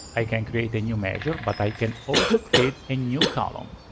i can create a new measure but i can also create a new column.